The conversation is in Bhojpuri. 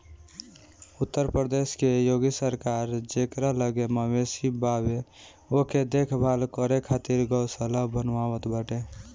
उत्तर प्रदेश के योगी सरकार जेकरा लगे मवेशी बावे ओके देख भाल करे खातिर गौशाला बनवावत बाटे